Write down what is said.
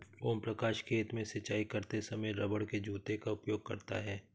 ओम प्रकाश खेत में सिंचाई करते समय रबड़ के जूते का उपयोग करता है